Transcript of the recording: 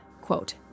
quote